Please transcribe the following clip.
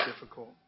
difficult